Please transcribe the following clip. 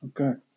Okay